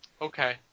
Okay